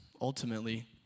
ultimately